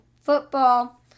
football